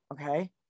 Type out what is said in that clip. Okay